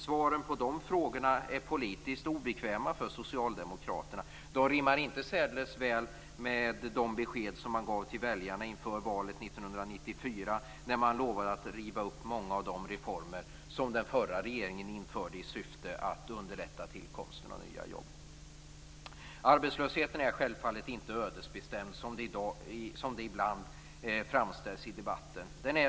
Svaren på de här frågorna är politiskt obekväma för socialdemokraterna. De rimmar inte särdeles väl med de besked som man gav väljarna inför valet 1994, när man lovade att riva upp många av de reformer som den förra regeringen införde i syfte att underlätta tillkomsten av nya jobb. Arbetslösheten är självfallet inte ödesbestämd, som man ibland framställer det i debatten.